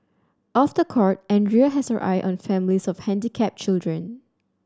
off the court Andrea has her eye on families of handicapped children